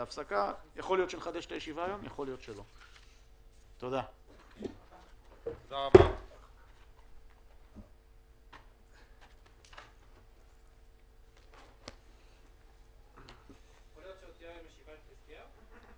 הישיבה ננעלה בשעה 14:15.